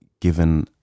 given